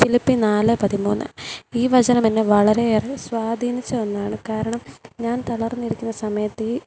Philippi നാല് പതിമൂന്ന് ഈ വചനം എന്നെ വളരെ ഏറെ സ്വാധീനിച്ച ഒന്നാണ് കാരണം ഞാൻ തളർന്ന് ഇരിക്കുന്ന സമയത്ത്